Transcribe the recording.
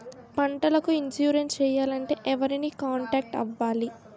పంటకు ఇన్సురెన్స్ చేయాలంటే ఎవరిని కాంటాక్ట్ అవ్వాలి?